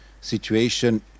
situation